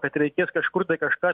kad reikės kažkur tai kažką